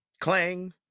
Clang